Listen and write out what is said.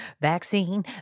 vaccine